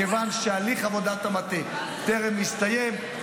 מכיוון שהליך עבודת המטה טרם הסתיים,